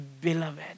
beloved